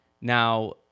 Now